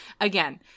Again